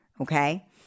Okay